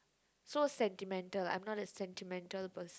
so sentimental I'm not a sentimental person